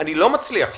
אני לא מצליח להבין.